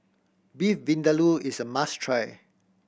Beef Vindaloo is a must try